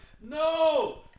no